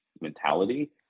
mentality